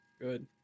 Good